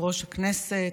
יושב-ראש הישיבה.